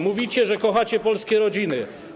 Mówicie, że kochacie polskie rodziny.